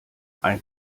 ein